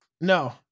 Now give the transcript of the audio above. No